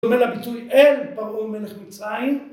‫דומה לביטוי אל, פרעה מלך מצרים.